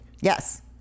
Yes